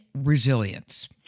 resilience